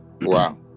Wow